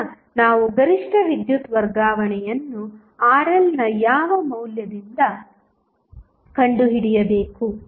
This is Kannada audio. ಈಗ ನಾವು ಗರಿಷ್ಠ ವಿದ್ಯುತ್ ವರ್ಗಾವಣೆಯನ್ನು RLನ ಯಾವ ಮೌಲ್ಯದಲ್ಲಿ ಕಂಡುಹಿಡಿಯಬೇಕು